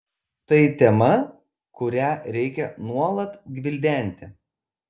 tai tema kurią reikia nuolat gvildenti